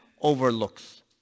overlooks